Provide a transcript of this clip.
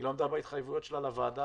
היא לא עמדה בהתחייבויות שלה לוועדה